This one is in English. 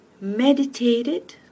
meditated